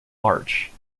march